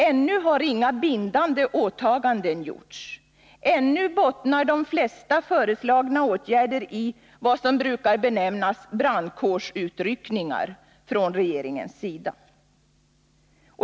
Ännu har inga bindande åtaganden gjorts, ännu bottnar de flesta föreslagna åtgärder i vad som brukar benämnas ”brandkårsutryckningar” från regeringens sida.